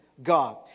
God